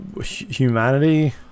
humanity